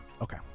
Okay